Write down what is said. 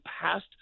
past